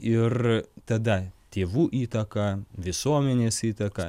ir tada tėvų įtaka visuomenės įtaka